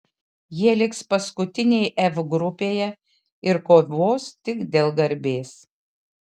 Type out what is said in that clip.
jie liks paskutiniai f grupėje ir kovos tik dėl garbės